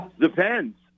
Depends